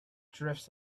drifts